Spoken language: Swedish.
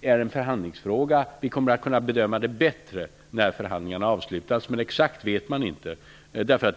är en förhandlingsfråga. Vi kommer att kunna bedöma detta bättre när förhandlingarna avslutats. Exakt vet man inte hur det blir.